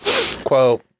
quote